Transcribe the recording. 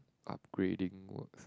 upgrading works